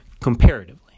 comparatively